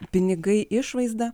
pinigai išvaizda